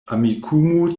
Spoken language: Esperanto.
amikumu